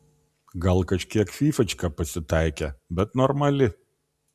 gal kažkiek fyfačka pasitaikė bet normali